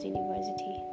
University